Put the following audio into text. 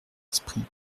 esprit